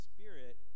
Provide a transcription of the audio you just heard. Spirit